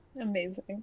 Amazing